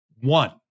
One